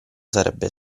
sarebbe